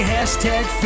Hashtag